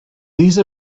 these